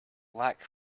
lack